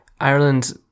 Ireland